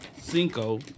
cinco